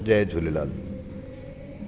Jay Jhulelal